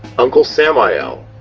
uncle samael,